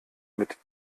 mit